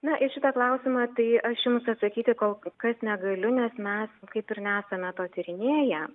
na į šitą klausimą tai aš jums atsakyti kol kas negaliu nes mes kaip ir nesame to tyrinėję